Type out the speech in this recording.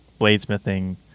bladesmithing